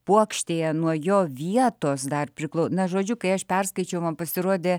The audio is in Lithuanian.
puokštėje nuo jo vietos dar priklu na žodžiu kai aš perskaičiau man pasirodė